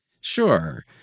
Sure